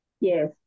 Yes